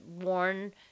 worn